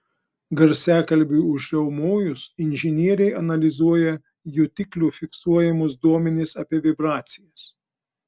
garsiakalbiui užriaumojus inžinieriai analizuoja jutiklių fiksuojamus duomenis apie vibracijas